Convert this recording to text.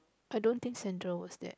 I don't think Sandra was there